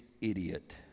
idiot